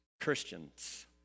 Christians